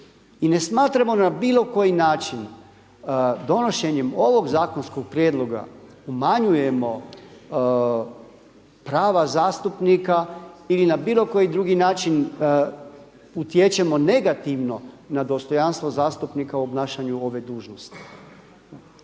I ne smatramo na bilo koji način donošenjem ovog zakonskog prijedloga umanjujemo prava zastupnika ili na bilo koji drugi način utječemo negativno na dostojanstvo zastupnika u obnašanju ove dužnosti.